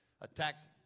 attacked